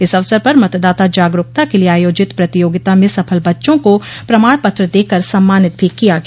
इस अवसर पर मतदाता जागरूकता के लिये आयोजित प्रतियोगिता में सफल बच्चों को प्रमाण पत्र देकर सम्मानित भी किया गया